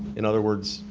in other words,